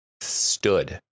stood